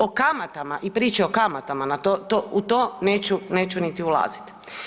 O kamatama i priči o kamatama u to neću niti ulaziti.